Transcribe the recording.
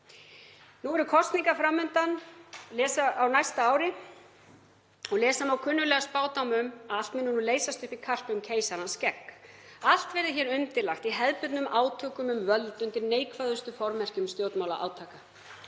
Nú eru kosningar fram undan á næsta ári og lesa má kunnuglega spádóma um að allt muni nú leysast upp í karp um keisarans skegg. Allt verði hér undirlagt í hefðbundnum átökum um völd undir neikvæðustu formerkjum stjórnmálaátaka.